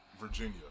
Virginia